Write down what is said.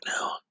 now